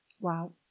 Wow